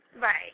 Right